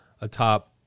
atop